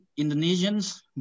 Indonesians